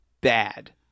bad